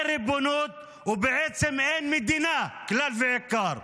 אין ריבונות ובעצם אין מדינה כלל ועיקר.